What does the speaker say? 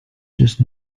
just